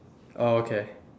oh okay